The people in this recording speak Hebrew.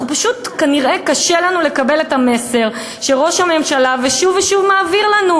כנראה פשוט קשה לנו לקבל את המסר שראש הממשלה שוב ושוב מעביר לנו,